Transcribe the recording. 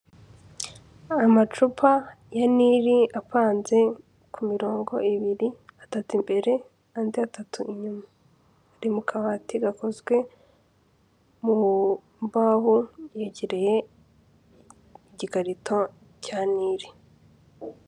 Amacupa ya nili apanze ku mirongo ibiri, atatu imbere andi atatu inyuma. Ari mu kabati gakozwe mu mbaho yegereye igikarito cya nili.